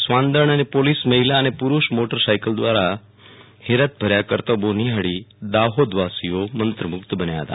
શ્વાન દળ અને પોલીસ મહિલા અને પૂરૂષ મોટર સાઈકલ સવારો દવારા હેરતભર્યા કરતબો નિહાળી દાહોદવાસીઓ મંત્રમુગ્ધ બન્યા હતા